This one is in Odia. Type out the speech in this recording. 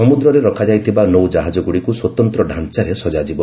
ସମୁଦ୍ରରେ ରଖାଯାଇଥିବା ନୌଜାହାଜଗୁଡ଼ିକୁ ସ୍ୱତନ୍ତ୍ର ଢାଞ୍ଚାରେ ସଜାଯିବ